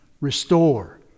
restore